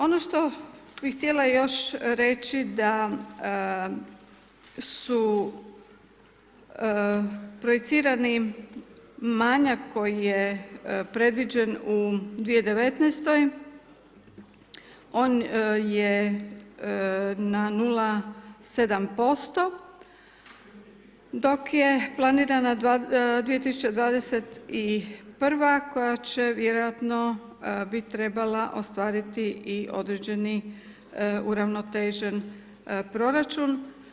Ono što bi htjela još reći da su projicirani manjak koji je predviđen u 2019., on je na 0.7% dok je planirano 2021. koja će vjerojatno, bi trebala ostvariti i određeni uravnotežen proračun.